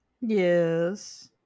Yes